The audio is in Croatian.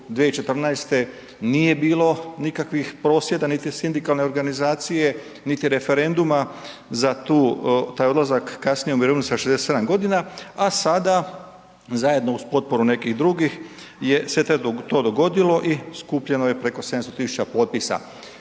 2014. nije bilo nikakvih prosvjeda niti sindikalne organizacije niti referenduma za taj odlazak kasnije u mirovinu sa 67 g. a sada zajedno uz potporu nekih drugih je se to dogodilo i skupljeno je preko 700 tisuća potpisa.